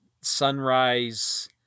sunrise